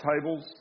tables